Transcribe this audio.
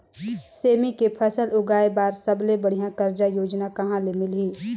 सेमी के फसल उगाई बार सबले बढ़िया कर्जा योजना कहा ले मिलही?